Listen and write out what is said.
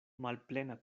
malplena